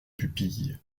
pupilles